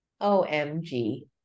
o-m-g